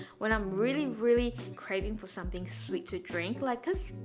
when i'm really really craving for something sweet to drink, like cause,